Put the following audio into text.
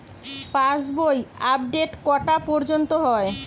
পাশ বই আপডেট কটা পর্যন্ত হয়?